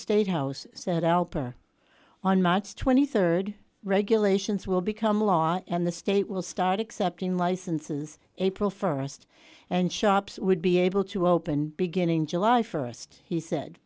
state house set alper on march twenty third regulations will become law and the state will start accepting licenses april first and shops would be able to open beginning july first he said